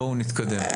בואו נתקדם.